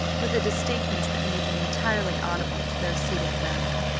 with a distinctness that made them entirely audible to those seated around them.